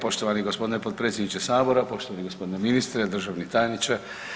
Poštovani gospodine potpredsjedniče Sabora, poštovani gospodine ministre, državni tajniče.